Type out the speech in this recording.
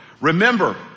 Remember